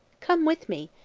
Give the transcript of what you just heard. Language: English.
come with me,